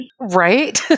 Right